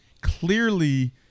clearly